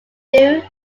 hindu